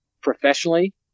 professionally